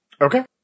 Okay